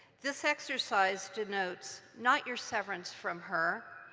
this exercise denotes not your severance from her,